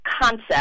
concept